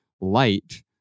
light